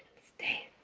stay!